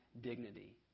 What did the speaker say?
dignity